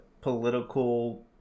political